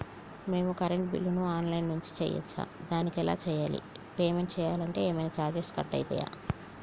మేము కరెంటు బిల్లును online నుంచి చేయచ్చా? దానికి ఎలా చేయాలి? పేమెంట్ చేయాలంటే ఏమైనా చార్జెస్ కట్ అయితయా?